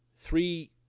Three